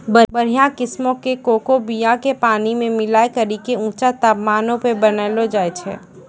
बढ़िया किस्मो के कोको बीया के पानी मे मिलाय करि के ऊंचा तापमानो पे बनैलो जाय छै